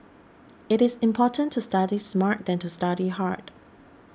it is more important to study smart than to study hard